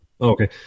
Okay